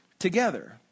Together